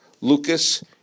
Lucas